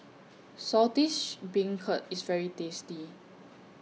Saltish Beancurd IS very tasty